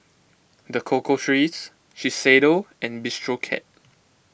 the Cocoa Trees Shiseido and Bistro Cat